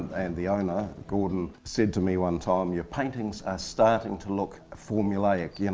and the owner gordon said to me one time your paintings are starting to look formulaic, yeah and